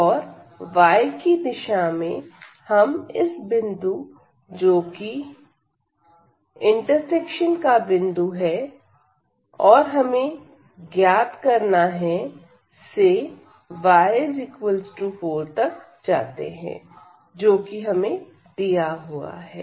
औरy की दिशा में हम इस बिंदु जो कि इंटरसेक्शन बिंदु है और हमें ज्ञात करना है से y4 तक जाते हैं जो कि हमें दिया हुआ है